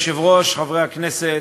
אדוני היושב-ראש, חברי הכנסת,